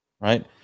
right